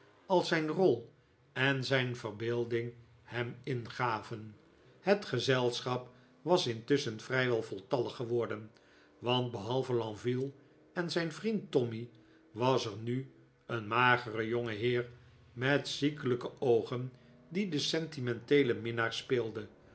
als zijn rol en zijn verbeelding hem ingaven het gezelschap was intusschen vrijwel voltallig geworden want behalve lenville en zijn vriend tommy was er nu een magere jonge heer met ziekelijke oogen die de sentimenteele minnaars speelde